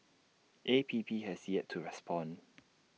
A P P has yet to respond